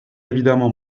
évidemment